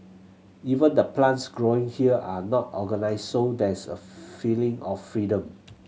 even the plants growing here are not organised so there's a feeling of freedom